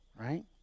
Right